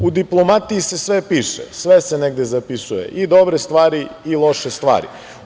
U diplomatiji se sve piše, sve se negde zapisuje, i dobre stvari i loše stvari.